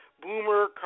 Boomer